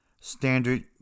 standard